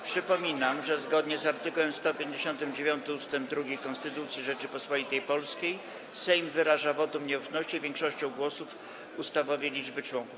Przypominam, że zgodnie z art. 159 ust. 2 Konstytucji Rzeczypospolitej Polskiej Sejm wyraża wotum nieufności większością głosów ustawowej liczby posłów.